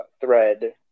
thread